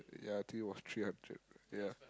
ya ya I think it was three hundred ya